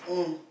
mm